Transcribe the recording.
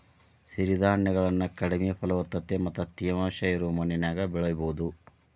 ಸಿರಿಧಾನ್ಯಗಳನ್ನ ಕಡಿಮೆ ಫಲವತ್ತತೆ ಮತ್ತ ತೇವಾಂಶ ಇರೋ ಮಣ್ಣಿನ್ಯಾಗು ಬೆಳಿಬೊದು